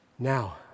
Now